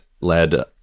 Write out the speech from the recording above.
led